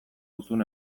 duzun